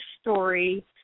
story